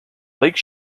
lake